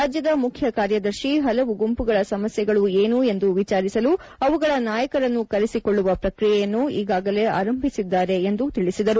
ರಾಜ್ಯದ ಮುಖ್ಯ ಕಾರ್ಯದರ್ಶಿ ಹಲವು ಗುಂಪುಗಳ ಸಮಸ್ಯೆಗಳು ಏನು ಎಂದು ವಿಚಾರಿಸಲು ಅವುಗಳ ನಾಯಕರನ್ನು ಕರೆಸಿಕೊಳ್ಳುವ ಪ್ರಕ್ರಿಯೆಯನ್ನು ಈಗಾಗಲೇ ಆರಂಭಿಸಿದ್ದಾರೆ ಎಂದು ತಿಳಿಸಿದರು